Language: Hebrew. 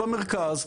במרכז,